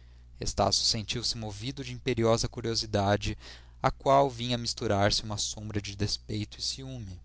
repousadamente estácio sentiu-se movido de imperiosa curiosidade à qual vinha misturar-se uma sombra de despeito e ciúme